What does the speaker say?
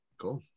cool